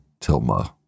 tilma